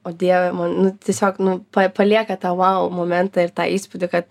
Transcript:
o dieve man nu tiesiog nu pa palieka tą momentą ir tą įspūdį kad